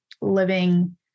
living